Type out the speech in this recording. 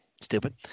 Stupid